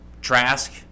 Trask